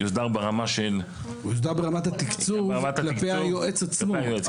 יוסדר ברמה של- יוסדר ברמת התקצוב כלפי היועץ עצמו,